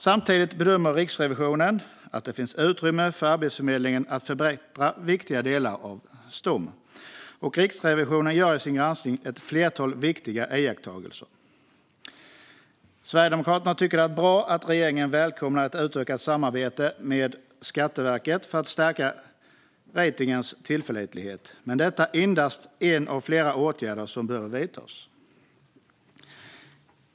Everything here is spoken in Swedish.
Samtidigt bedömer Riksrevisionen att det finns utrymme för Arbetsförmedlingen att förbättra viktiga delar av Stom, och Riksrevisionen gör i sin granskning ett flertal viktiga iakttagelser. Sverigedemokraterna tycker att det är bra att regeringen välkomnar ett utökat samarbete med Skatteverket för att stärka ratingens tillförlitlighet, men detta är endast en av flera åtgärder som behöver vidtas.